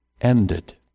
ended